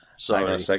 Sorry